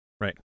Right